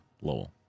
Lowell